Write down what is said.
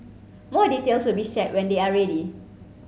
more details will be shared when they are ready